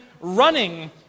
running